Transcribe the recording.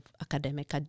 academic